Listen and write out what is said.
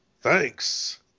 Thanks